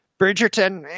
Bridgerton